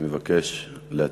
אני מבקש להצביע.